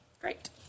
Great